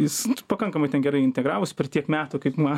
jis pakankamai ten gerai integravosi per tiek metų kaip man